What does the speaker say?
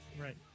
Right